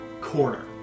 corner